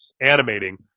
animating